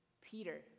Peter